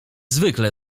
zwykle